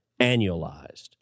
annualized